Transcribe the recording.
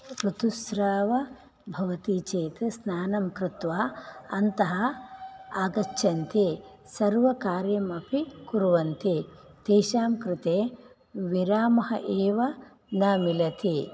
ऋतुस्राव भवति चेत् स्नानं कृत्वा अन्तः आगच्छन्ति सर्वकार्यमपि कुर्वन्ति तेषां कृते विरामः एव न मिलति